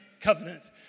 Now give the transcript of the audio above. covenant